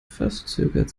verzögert